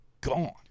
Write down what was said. gone